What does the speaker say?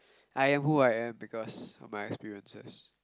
I am who I am because of my experiences